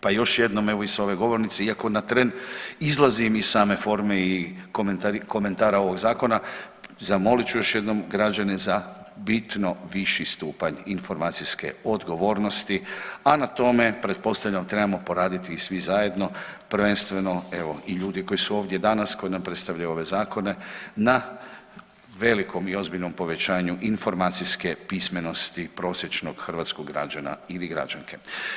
Pa još jednom evo i s ove govornice iako na tren izlazim iz same forme i komentara ovoga zakona, zamolit ću još jednom građane za bitno viši stupanj informacijske odgovornosti, a na tome pretpostavljam trebamo poraditi i svi zajedno, prvenstveno evo i ljudi koji su ovdje danas koji nam predstavljaju ove zakone na velikom i ozbiljnom povećanju informacijske pismenosti prosječnosti hrvatskog građana ili građanke.